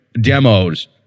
demos